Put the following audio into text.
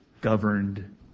governed